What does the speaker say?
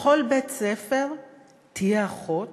בכל בית-ספר תהיה אחות